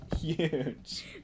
Huge